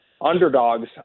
underdogs